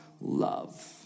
love